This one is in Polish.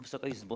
Wysoka Izbo!